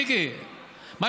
מיקי,